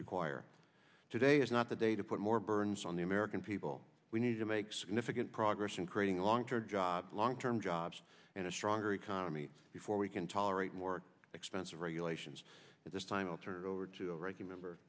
require today is not the day to put more burns on the american people we need to make significant progress in creating long term jobs long term jobs in a stronger economy before we can tolerate more expensive regulations at this time i'll turn it over to